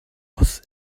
muss